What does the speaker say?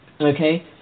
okay